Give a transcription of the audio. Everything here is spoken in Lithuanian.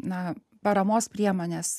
na paramos priemonės